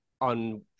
on